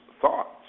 thoughts